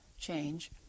change